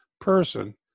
person